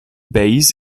base